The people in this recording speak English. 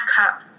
up